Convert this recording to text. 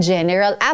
General